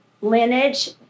lineage